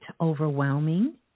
overwhelming